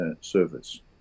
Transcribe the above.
service